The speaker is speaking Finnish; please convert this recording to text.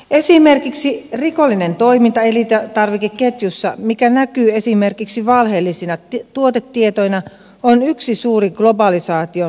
esimerkiksi rikollinen toiminta elintarvikeketjussa mikä näkyy esimerkiksi valheellisina tuotetietoina on yksi suuri globalisaatioon liittyvä haaste